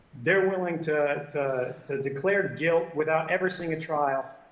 they're willing to to declare guilt without ever seeing a trial,